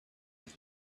his